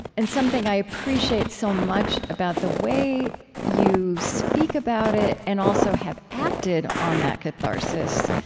and something i appreciate so much about the way you speak about it and, also, have acted on that catharsis,